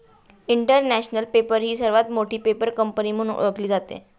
international paper ही सर्वात मोठी पेपर कंपनी म्हणून ओळखली जाते